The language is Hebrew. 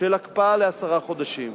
של הקפאה לעשרה חודשים,